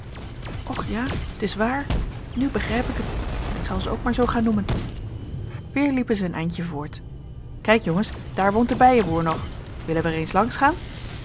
och ja t is waar nu begrijp ik het en ik zal ze ook maar zoo gaan noemen weer liepen ze een eindje voort kijk jongens daar woont de bijenboer nog willen we er eens langs gaan